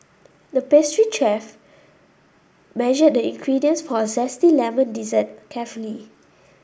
the pastry chef measured the ingredients for a zesty lemon dessert carefully